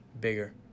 bigger